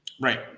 right